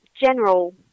general